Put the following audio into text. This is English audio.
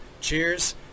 Cheers